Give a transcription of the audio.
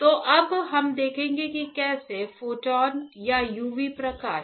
तो अब हम देखेंगे कि कैसे फोटॉन या UV प्रकाश